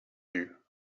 you